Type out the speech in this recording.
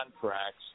contracts